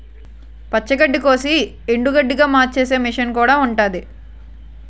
పచ్చి గడ్డికోసి ఎండుగడ్డిగా మార్చేసే మిసన్ కూడా ఉంటాది